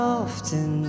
often